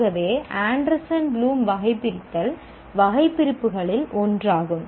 ஆகவே Anderson Bloom வகைபிரித்தல் வகைபிரிப்புகளில் ஒன்றாகும்